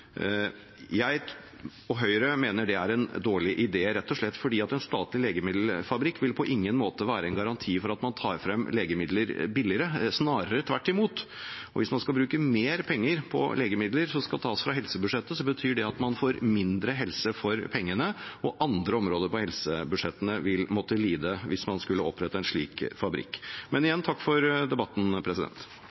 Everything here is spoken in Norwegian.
Høyre at det er en dårlig idé, rett og slett fordi en statlig legemiddelfabrikk på ingen måte vil være en garanti for at man får frem legemidler billigere – snarere tvert imot. Og hvis man skal bruke mer penger, som skal tas fra helsebudsjettet, på legemidler, betyr det at man får mindre helse for pengene, og andre områder på helsebudsjettene vil måtte lide hvis man skulle opprette en slik fabrikk. Igjen, takk for debatten.